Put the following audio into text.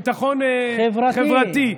ביטחון, חברתי.